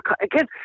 Again